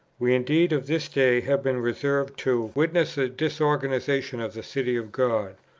we indeed of this day have been reserved to witness a disorganization of the city of god,